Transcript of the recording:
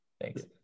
thanks